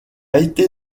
été